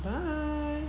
(uh huh)